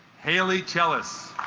haley telus